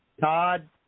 Todd